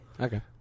Okay